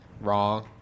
Wrong